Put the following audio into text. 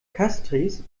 castries